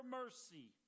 mercy